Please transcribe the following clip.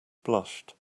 blushed